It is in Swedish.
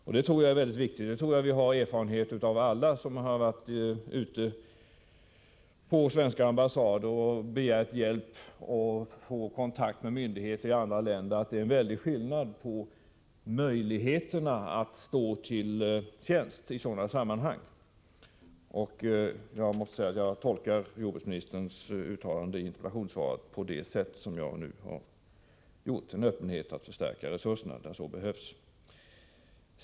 Jag tror att alla vi som har varit ute på svenska ambassader och begärt hjälp att få kontakt med myndigheter i andra länder har erfarit att det är stor skillnad på ambassadernas möjligheter att stå till tjänst i sådana sammanhang. Jag tolkar jordbruksministerns uttalande i interpellationssvaret så, att man är öppen för att förstärka resurserna där så behövs.